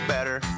better